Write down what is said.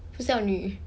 不孝女